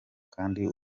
kandi